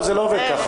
הדעת